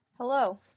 Hello